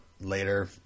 Later